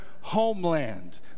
homeland